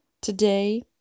today